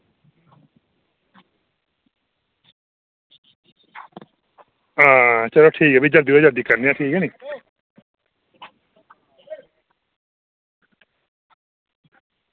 आं ठीक ऐ भी जल्दी कोला जल्दी करने आं ठीक ऐ नी